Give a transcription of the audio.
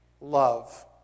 love